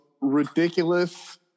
ridiculous